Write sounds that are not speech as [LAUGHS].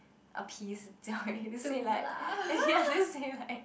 appease jia-wei to say like ya to say like [LAUGHS]